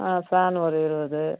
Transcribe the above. ஆ fan ஒரு இருபது